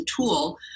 tool